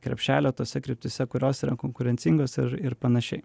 krepšelio tose kryptyse kurios yra konkurencingos ir ir panašiai